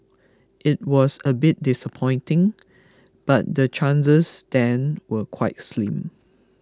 it was a bit disappointing but the chances then were quite slim